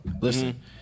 Listen